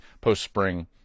post-spring